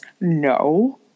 No